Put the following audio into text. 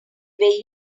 way